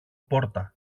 πόρτα